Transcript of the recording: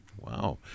Wow